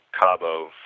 Cabo